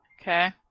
Okay